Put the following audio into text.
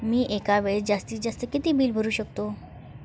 मी एका वेळेस जास्तीत जास्त किती बिल भरू शकतो?